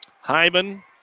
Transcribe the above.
Hyman